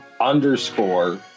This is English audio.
underscore